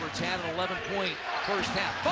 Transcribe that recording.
eleven point first half.